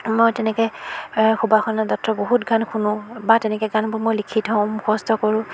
মই তেনেকৈ সুবাসনা দত্তৰ বহুত গান শুনো বা তেনেকৈ গানবোৰ মই লিখি থওঁ মুখস্থ কৰোঁ